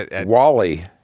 Wally